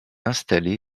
installé